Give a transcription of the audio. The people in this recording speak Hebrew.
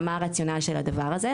מה הרציונל של הדבר הזה?